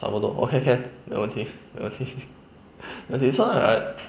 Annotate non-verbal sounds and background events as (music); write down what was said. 差不多 okay can 没问题没问题 (laughs) 没问题 so I